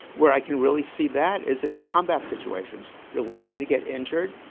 where i can really see that is in combat situations. you are likely to get injured,